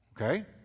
Okay